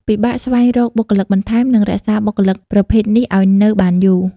ពិបាកស្វែងរកបុគ្គលិកបន្ថែម និងរក្សាបុគ្គលិកប្រភេទនេះអោយនៅបានយូរ ។